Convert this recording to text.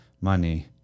money